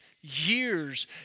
years